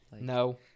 No